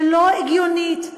ולא הגיונית,